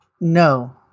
no